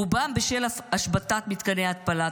רובם בשל השבתת מתקני ההתפלה,